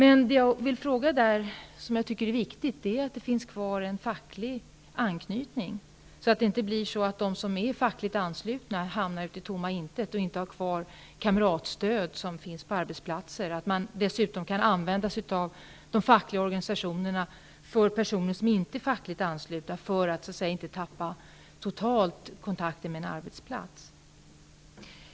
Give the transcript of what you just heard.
En viktig fråga i det sammanhanget är att det finns kvar en facklig anknytning, så att inte de fackligt anslutna hamnar ute i tomma intet och inte får ha kvar det kamratstöd som finns på arbetsplatser. Dessutom är det viktigt att man kan använda sig av de fackliga organisationerna för personer som inte är fackligt anslutna, så att de inte totalt tappar kontakten med arbetsplatsen.